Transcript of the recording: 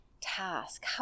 Task